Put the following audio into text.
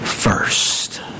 First